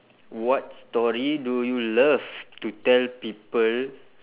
what story do you love to tell people